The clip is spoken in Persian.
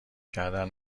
کردن